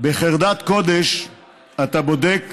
בחרדת קודש אתה בודק,